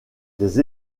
des